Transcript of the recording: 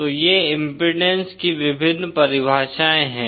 तो ये इम्पीडेन्स की विभिन्न परिभाषाएं हैं